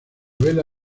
vela